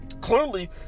Clearly